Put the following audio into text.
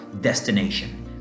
destination